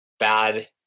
Bad